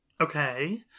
okay